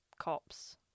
cops